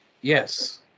Yes